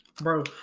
Bro